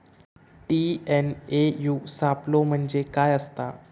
TNAU सापलो म्हणजे काय असतां?